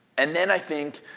and then i think